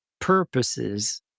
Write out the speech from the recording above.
purposes